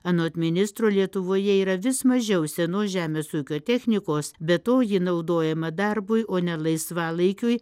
anot ministro lietuvoje yra vis mažiau senos žemės ūkio technikos be to ji naudojama darbui o ne laisvalaikiui